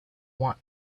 want